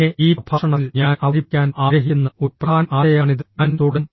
പിന്നെ ഈ പ്രഭാഷണത്തിൽ ഞാൻ അവതരിപ്പിക്കാൻ ആഗ്രഹിക്കുന്ന ഒരു പ്രധാന ആശയമാണിത് ഞാൻ തുടരും